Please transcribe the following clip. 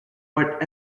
what